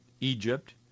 Egypt